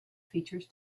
features